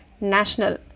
National